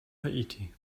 haiti